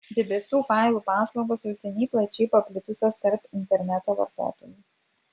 debesų failų paslaugos jau seniai plačiai paplitusios tarp interneto vartotojų